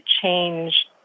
change